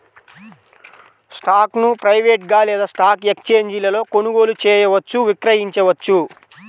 స్టాక్ను ప్రైవేట్గా లేదా స్టాక్ ఎక్స్ఛేంజీలలో కొనుగోలు చేయవచ్చు, విక్రయించవచ్చు